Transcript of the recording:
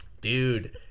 dude